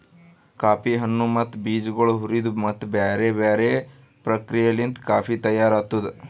coffee ಹಣ್ಣು ಮತ್ತ ಬೀಜಗೊಳ್ ಹುರಿದು ಮತ್ತ ಬ್ಯಾರೆ ಬ್ಯಾರೆ ಪ್ರಕ್ರಿಯೆಲಿಂತ್ ಕಾಫಿ ತೈಯಾರ್ ಆತ್ತುದ್